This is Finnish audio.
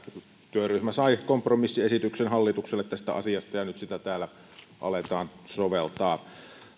työryhmä sai kompromissiesityksen hallitukselle tästä asiasta ja nyt sitä täällä aletaan soveltaa